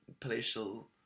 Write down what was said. palatial